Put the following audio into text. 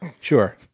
Sure